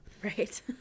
Right